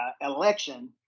election